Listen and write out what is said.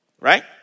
Right